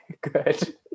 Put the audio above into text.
Good